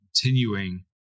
continuing